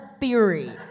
theory